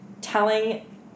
telling